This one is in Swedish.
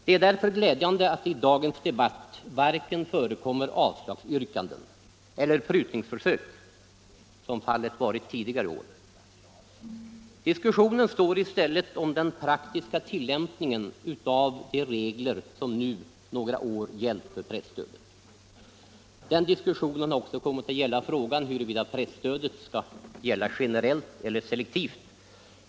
Det är därför glädjande att det i dagens debatt varken förekommer avslagsyrkanden eller prutningsförsök, som fallet varit tidigare. Diskussionen står i stället om den praktiska tillämpningen av de regler som nu några år gällt för presstödet. Den diskussionen har också kommit att omfatta frågan huruvida presstödet skall vara generellt eller selektivt.